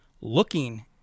looking